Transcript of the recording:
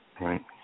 Right